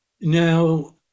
Now